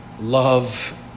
love